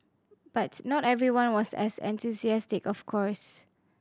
but not everyone was as enthusiastic of course